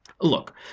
Look